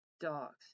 dogs